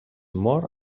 mor